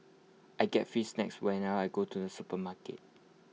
I get free snacks whenever I go to the supermarket